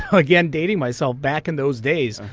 again, dating myself back in those days,